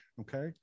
Okay